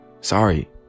Sorry